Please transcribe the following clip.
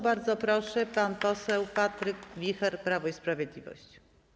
Bardzo proszę, pan poseł Patryk Wicher, Prawo i Sprawiedliwość.